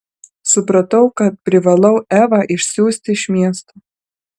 supratau kad privalau evą išsiųsti iš miesto